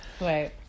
Right